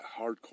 hardcore